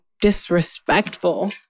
disrespectful